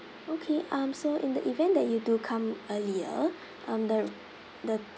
okay um so in the event that you do come earlier um the the